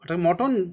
ওটা মটন